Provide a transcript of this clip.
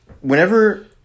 whenever